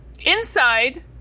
Inside